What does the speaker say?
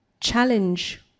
challenge